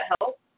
help